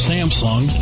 Samsung